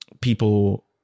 people